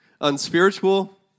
unspiritual